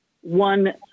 one